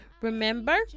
remember